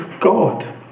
God